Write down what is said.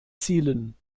zielen